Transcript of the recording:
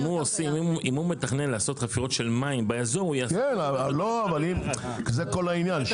אם הוא מתכנן לעשות חפירות של מים באזור --- זה כל העניין,